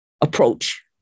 approach